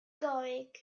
going